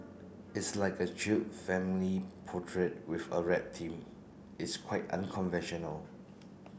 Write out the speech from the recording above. it's like a chill family portrait with a rap theme it's quite unconventional